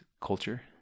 culture